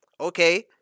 okay